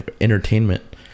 entertainment